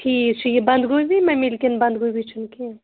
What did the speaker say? ٹھیٖک چھُ یہِ بنٛدگوبی مِل کِنۍ بَنٛدگوبی چھُنہٕ کیٚنٛہہ